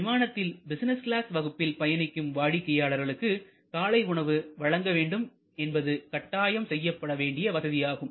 விமானத்தில் business class வகுப்பில் பயணிக்கும் வாடிக்கையாளர்களுக்கு காலை உணவு வழங்க வேண்டும் என்பது கட்டாயம் செய்யப்படவேண்டிய வசதியாகும்